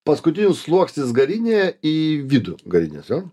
paskutinis sluoksnis garinė į vidų garinės jo